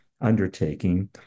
undertaking